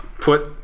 put